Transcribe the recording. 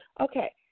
Okay